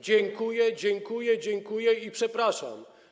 dziękuję, dziękuję, dziękuję i przepraszam.